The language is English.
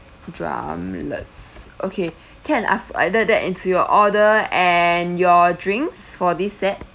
drumlets okay can I've added that into your order and your drinks for this set